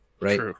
Right